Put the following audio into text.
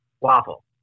Waffle